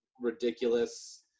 ridiculous